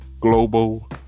Global